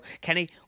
Kenny